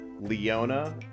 leona